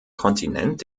kontinent